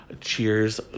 cheers